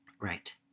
Right